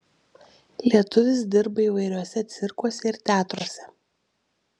lietuvis dirba įvairiuose cirkuose ir teatruose